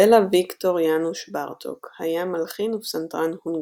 בלה ויקטור יאנוש בארטוק היה מלחין ופסנתרן הונגרי,